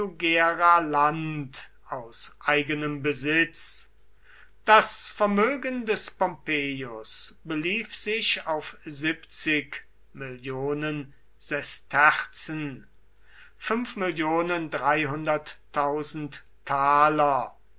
land aus eigenem besitz das vermögen des pompeius belief sich auf sesterzen